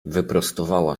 wyprostowała